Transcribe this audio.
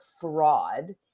fraud